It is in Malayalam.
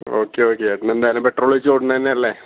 ഓക്കെ ഓക്കെ ഏട്ടൻ എന്തായാലും പെട്രോൾ ഒഴിച്ച് ഓടുന്നത് തന്നെ അല്ലേ